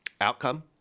outcome